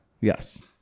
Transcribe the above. Yes